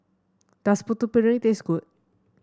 does Putu Piring taste good